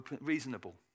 Reasonable